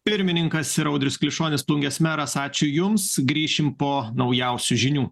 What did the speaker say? pirmininkas ir audrius klišonis plungės meras ačiū jums grįšim po naujausių žinių